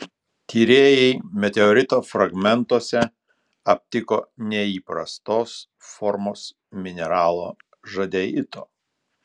tyrėjai meteorito fragmentuose aptiko neįprastos formos mineralo žadeito